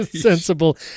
sensible